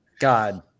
God